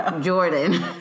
Jordan